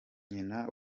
nyina